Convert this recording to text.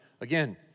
again